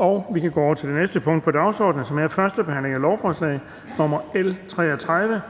--- Det næste punkt på dagsordenen er: 5) 1. behandling af lovforslag nr. L 33: